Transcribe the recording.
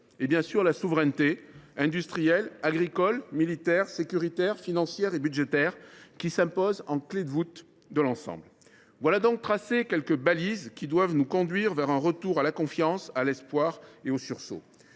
est bien sûr la souveraineté, qu’elle soit industrielle, agricole, militaire, sécuritaire, financière ou budgétaire, qui s’impose en clé de voûte de l’ensemble. Voilà quelques balises qui doivent nous conduire vers un retour à la confiance, à l’espoir et au sursaut.